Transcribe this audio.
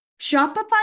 Shopify